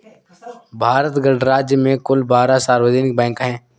भारत गणराज्य में कुल बारह सार्वजनिक बैंक हैं